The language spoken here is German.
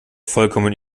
vollkommen